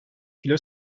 kilo